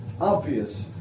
obvious